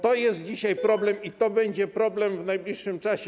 To jest dzisiaj problem i to będzie problemem w najbliższym czasie.